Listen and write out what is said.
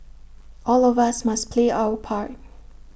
all of us must play our part